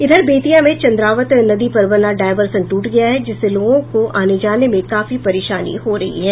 इधर बेतिया में चन्द्रावत नदी पर बना डायवर्सन टूट गया है जिससे लोगों को आने जाने में काफी परेशानी हो रही है